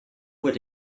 with